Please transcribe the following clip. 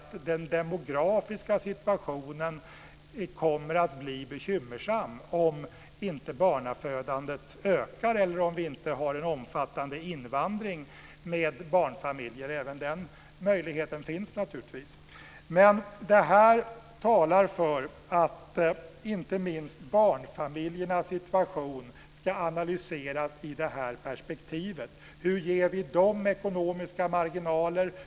Den demografiska situationen kommer att bli bekymmersam om inte barnafödandet ökar eller om vi inte har en omfattande invandring med barnfamiljer. Även den möjligheten finns naturligtvis. Det talar för att inte minst barnfamiljernas situation ska analyseras i detta perspektiv. Hur ger vi dem ekonomiska marginaler?